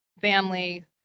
family